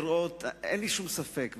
אין לי שום ספק,